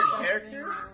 characters